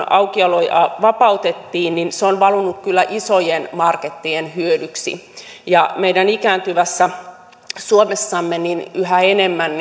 aukioloja vapautettiin se on valunut kyllä isojen markettien hyödyksi meidän ikääntyvässä suomessamme on yhä enemmän